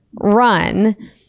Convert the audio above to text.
run